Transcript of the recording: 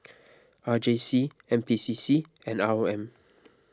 R J C N P C C and R O M